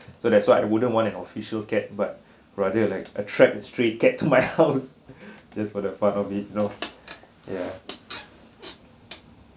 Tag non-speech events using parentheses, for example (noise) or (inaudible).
(breath) so that's why I wouldn't want an official cat but rather like attract a stray cat to my house (laughs) just for the fun of it you know ya